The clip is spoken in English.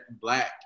Black